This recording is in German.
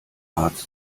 arzt